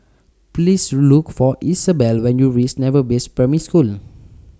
Please Look For Isabel when YOU REACH Naval Base Primary School